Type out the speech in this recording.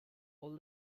all